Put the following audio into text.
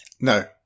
No